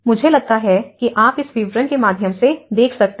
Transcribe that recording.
मुझे लगता है कि आप इस विवरण के माध्यम से देख सकते हैं